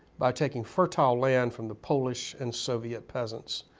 by taking fertile land from the polish and soviet peasants,